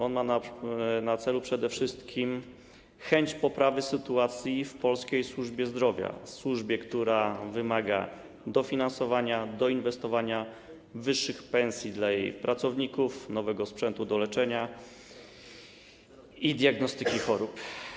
On ma na celu przede wszystkim chęć poprawy sytuacji w polskiej służbie zdrowia, służbie, która wymaga dofinansowania, doinwestowania, wyższych pensji dla jej pracowników, nowego sprzętu do leczenia i diagnostyki chorób.